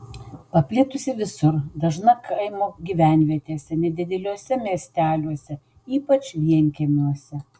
paplitusi visur dažna kaimo gyvenvietėse nedideliuose miesteliuose ypač vienkiemiuose